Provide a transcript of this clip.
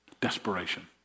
Desperation